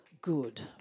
good